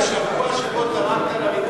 בשבוע שבו תרמת לריכוזיות,